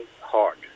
hard